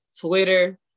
Twitter